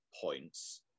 points